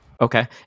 Okay